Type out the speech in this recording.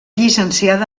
llicenciada